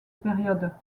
période